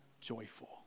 joyful